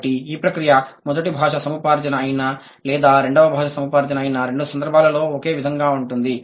కాబట్టి ఈ ప్రక్రియ మొదటి భాషా సముపార్జన అయినా లేదా రెండవ భాషా సముపార్జన అయినా రెండు సందర్భాలలో ఒకే విధంగా ఉంటుంది